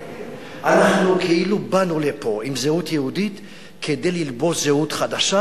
אנחנו כאילו באנו לפה עם זהות יהודית כדי ללבוש זהות חדשה,